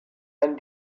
and